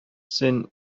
син